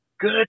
good